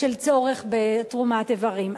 של צורך בתרומת איברים.